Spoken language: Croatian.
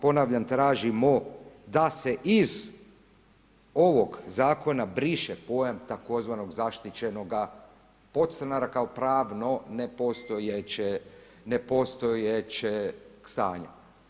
Ponavljam, tražimo da se iz ovog zakona briše pojam tzv. zaštićenog podstanara kao pravno nepostojećeg stanja.